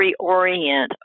reorient